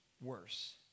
worse